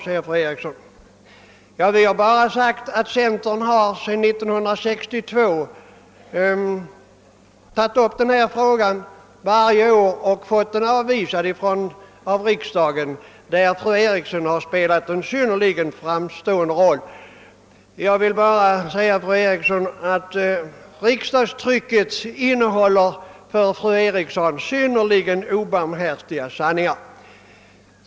Då vill jag bara säga att sedan 1962 har centern fört fram denna fråga varje år och fått den avslagen av riksdagen, varvid fru Eriksson har spelat en mycket framträdande roll. Riksdagstrycket innehåller där många för fru Eriksson synnerligen obarmhärtiga sanningar.